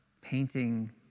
painting